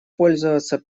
пользоваться